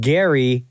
Gary